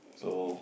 so